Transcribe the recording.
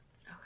Okay